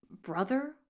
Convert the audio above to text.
Brother